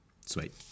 Sweet